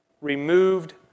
Removed